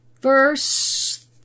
Verse